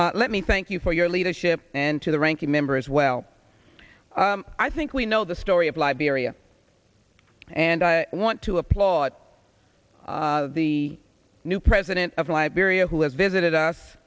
let me thank you for your leadership and to the ranking member as well i think we know the story of liberia and i want to applaud the new president of liberia who has visited